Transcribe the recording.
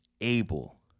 able